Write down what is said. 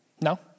no